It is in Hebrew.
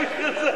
לא זז.